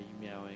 meowing